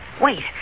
Wait